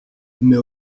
mais